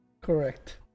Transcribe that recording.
correct